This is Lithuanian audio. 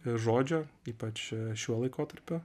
žodžio ypač šiuo laikotarpiu